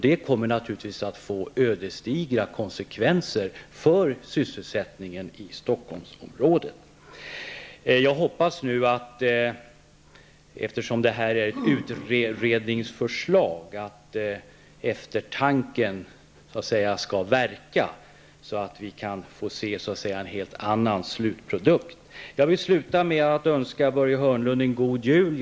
Det kommer naturligtvis att få ödesdigra konsekvenser för sysselsättningen i Jag hoppas att, eftersom detta utgör ett utredningsförslag, eftertanken skall verka så att vi kan få en helt annan slutprodukt. Jag vill avsluta med att önska Börje Hörnlund en god jul.